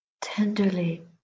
tenderly